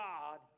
God